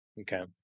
Okay